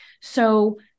So-